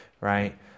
right